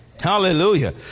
Hallelujah